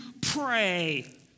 pray